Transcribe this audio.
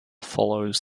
follows